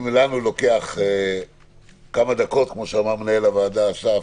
אם לנו לוקח כמה דקות, כמו שאמר מנהל הוועדה, אסף,